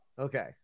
okay